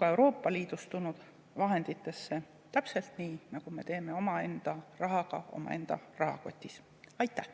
ka Euroopa Liidust tulnud vahenditesse, täpselt nii, nagu me suhtume omaenda rahasse omaenda rahakotis. Aitäh!